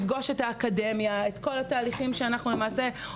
לפגוש את האקדמיה למעשה,